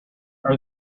are